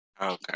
Okay